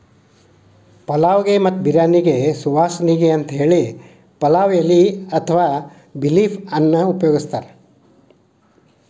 ಪಲಾವ್ ಗೆ ಮತ್ತ ಬಿರ್ಯಾನಿಗೆ ಸುವಾಸನಿಗೆ ಅಂತೇಳಿ ಪಲಾವ್ ಎಲಿ ಅತ್ವಾ ಬೇ ಲೇಫ್ ಅನ್ನ ಉಪಯೋಗಸ್ತಾರ